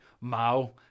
Mao